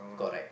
correct